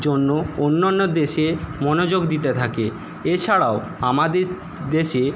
জন্য অন্যান্য দেশে মনোযোগ দিতে থাকে এছাড়াও আমাদের দেশে